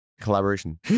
Collaboration